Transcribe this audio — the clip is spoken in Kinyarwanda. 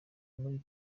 muri